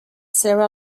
sara